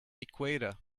equator